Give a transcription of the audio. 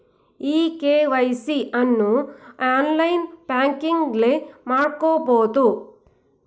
E KYC ಅನ್ನು online ಬ್ಯಾಂಕಿಂಗ್ನಲ್ಲೇ ಮಾಡ್ಕೋಬೋದು